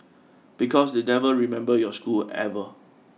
because they never remember your school ever